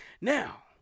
Now